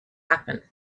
happen